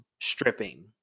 stripping